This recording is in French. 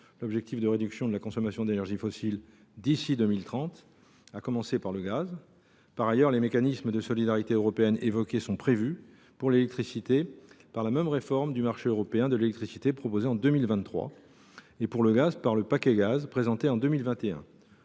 l’objectif de réduction de la consommation d’énergies fossiles d’ici à 2030, en commençant par le gaz. J’ajoute que les mécanismes de solidarité européenne évoqués sont prévus, pour l’énergie électrique, par la réforme du marché européen de l’électricité proposée en 2023 et, pour le gaz, par le paquet gaz présenté en 2021.